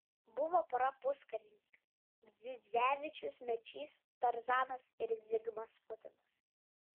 buvo pora puskarininkių dzidzevičius mečys tarzanas ir zigmas putinas